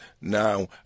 now